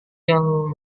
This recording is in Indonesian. yang